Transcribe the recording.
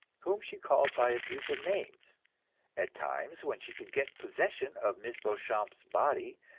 whom she called by abusive names at times when she could get possession of miss beauchamp's body,